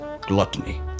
gluttony